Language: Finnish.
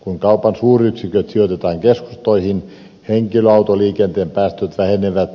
kun kaupan suuryksiköt sijoitetaan keskustoihin henkilöautoliikenteen päästöt vähenevät